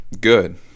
good